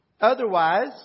Otherwise